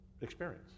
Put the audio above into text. experience